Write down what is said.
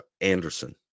Anderson